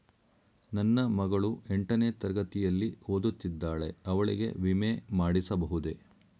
ನನ್ನ ಮಗಳು ಎಂಟನೇ ತರಗತಿಯಲ್ಲಿ ಓದುತ್ತಿದ್ದಾಳೆ ಅವಳಿಗೆ ವಿಮೆ ಮಾಡಿಸಬಹುದೇ?